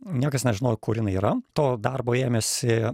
niekas nežinojo kur jinai yra to darbo ėmėsi